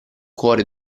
cuore